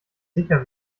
sicher